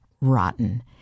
rotten